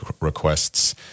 requests